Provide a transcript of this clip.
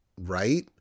right